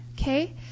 okay